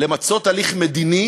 למצות הליך מדיני